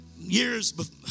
years